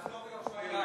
אני מלווה אותו.